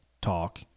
talk